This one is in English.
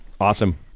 Awesome